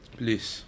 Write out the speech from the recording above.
please